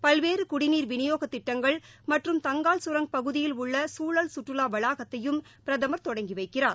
பல்வேறு குடிநீர் வினியோக திட்டங்கள் மற்றும் தங்கால் கரங் பகுதியில் உள்ள சூழல் கற்றுலா வளாகத்தையும் பிரதமர் தொடங்கி வைக்கிறார்